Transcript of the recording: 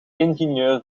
ingenieur